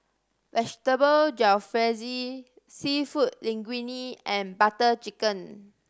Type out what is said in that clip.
Vegetable Jalfrezi Seafood Linguine and Butter Chicken